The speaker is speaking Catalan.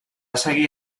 seguir